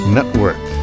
Network